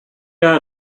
got